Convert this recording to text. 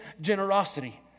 generosity